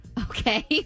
Okay